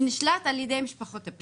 ונשלט על ידי משפחות הפשע.